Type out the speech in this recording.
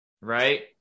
Right